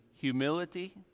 humility